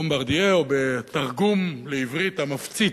"בומברדיה", או בתרגום לעברית, "המפציץ".